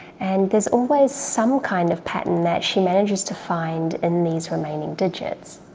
and there's always some kind of pattern that she manages to find in these remaining digits.